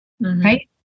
Right